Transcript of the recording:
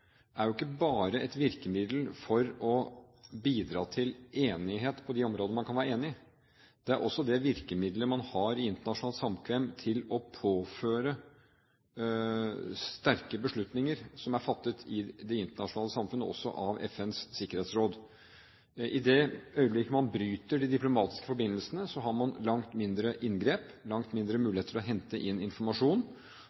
bidra til enighet på de områdene man kan være enige. Det er også det virkemiddelet man har i internasjonalt samkvem til å påføre sterke beslutninger som er fattet i det internasjonale samfunn og av FNs sikkerhetsråd. I det øyeblikket man bryter de diplomatiske forbindelsene, har man langt mindre inngrep, langt mindre